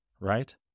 right